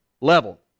level